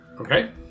Okay